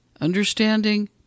Understanding